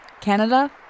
Canada